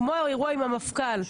כמו האירוע עם המפכ"ל.